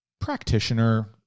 practitioner